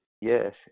Yes